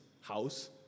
house